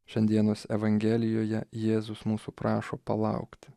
šiandienos evangelijoje jėzus mūsų prašo palaukti